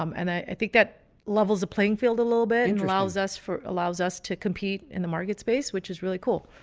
um and i think that levels the playing field a little bit and allows us for allows us to compete in the market space, which is really cool.